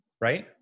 right